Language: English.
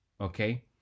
okay